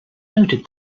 noted